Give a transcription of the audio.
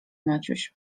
maciuś